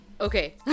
Okay